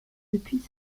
depuis